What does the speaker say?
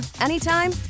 anytime